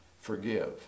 forgive